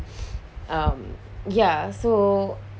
um ya so